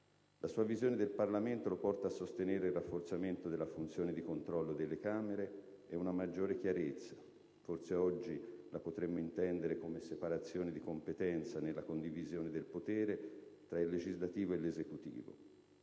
La sua visione del Parlamento lo porta a sostenere il rafforzamento della funzione di controllo delle Camere e una maggiore chiarezza - forse oggi la potremmo intendere come separazione di competenza, nella condivisione del potere - tra il Legislativo e L'esecutivo.